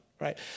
right